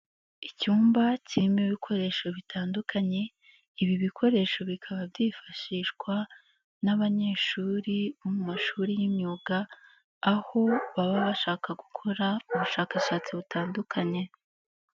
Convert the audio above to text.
Icyumba kirimo ibikoresho bitandukanye, ibi bikoresho bikaba byifashishwa n'abanyeshuri bo mu mashuri y'imyuga aho baba bashaka gukora ubushakashatsi butandukanye.